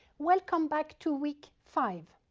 welcome back to week five.